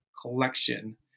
collection